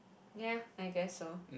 ya I guess so